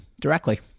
directly